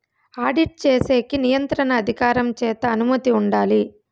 audit చేసేకి నియంత్రణ అధికారం చేత అనుమతి ఉండాలి